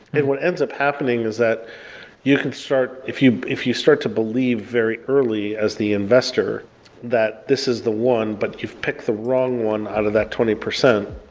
and what ends up happening is that you can start if you if you start to believe very early as the investor that this is the one, but you've picked the wrong one out of that twenty percent,